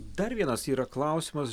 dar vienas yra klausimas